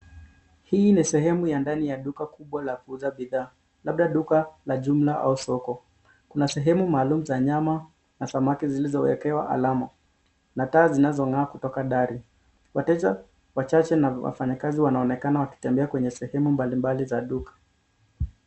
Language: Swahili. Hii ni sehemu ya ndani ya duka kubwa la kuuza bidhaa, labda duka la jumla au soko. Kuna sehemu maalum za nyama na samaki zilizowekewa alama, na taa zinazong'aa kutoka dari. Wateja wachache na wafanyakazi wanaonekana wakitembea kwenye sehemu mbalimbali za duka.